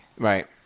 Right